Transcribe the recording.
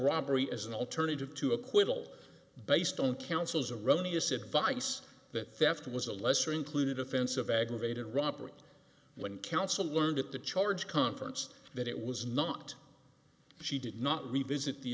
robbery as an alternative to acquittal based on counsel's erroneous advice that theft was a lesser included offense of aggravated robbery when counsel learned at the charge conference that it was not she did not revisit the